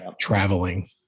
traveling